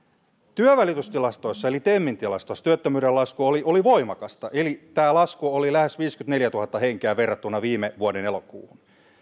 työnvälitystilastoissa eli temin tilastoissa työttömyyden lasku oli oli voimakasta eli tämä lasku oli lähes viisikymmentäneljätuhatta henkeä verrattuna viime vuoden elokuuhun